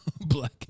black